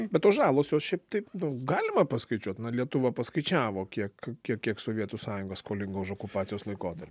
be to žalos jos šiaip taip gal galima paskaičiuot na lietuva paskaičiavo kiek kiek kiek sovietų sąjungos skolinga už okupacijos laikotarpį